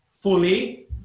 Fully